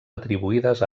atribuïdes